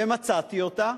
ומצאתי אותה,